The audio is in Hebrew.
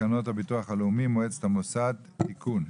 תקנות הביטוח הלאומי (מועצת המוסד) (תיקון).